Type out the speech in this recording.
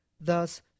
thus